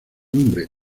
nombre